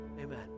Amen